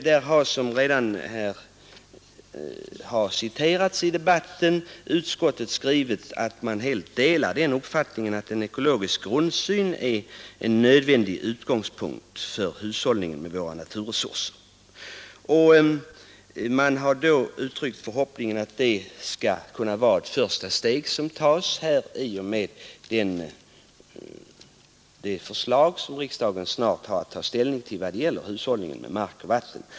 Där har, som redan har citerats i debatten, utskottet skrivit att man helt delar uppfattningen att en ekologisk grundsyn är en nödvändig utgångspunkt för hushållningen med våra naturresurser. Man har därvid uttryckt förhoppningen att detta skall bli det första steg som tas för den hushållning med mark och vatten som riksdagen snart kommer att få ta ställning till.